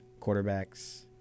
Quarterbacks